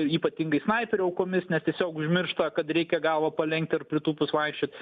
ypatingai snaiperio aukomis nes tiesiog užmiršta kad reikia galvą palenkt ar pritūpus vaikščiot